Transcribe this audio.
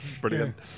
Brilliant